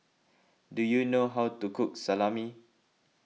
do you know how to cook Salami